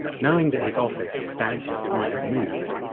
knowing that his office at stanford might have moved,